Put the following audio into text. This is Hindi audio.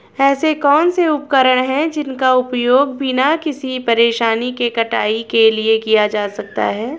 ऐसे कौनसे उपकरण हैं जिनका उपयोग बिना किसी परेशानी के कटाई के लिए किया जा सकता है?